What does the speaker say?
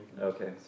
Okay